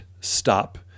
Stop